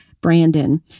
Brandon